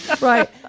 Right